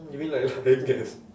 you mean like lying